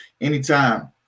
anytime